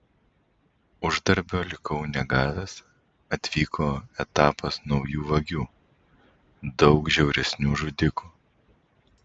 uždarbio likau negavęs atvyko etapas naujų vagių daug žiauresnių žudikų